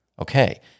Okay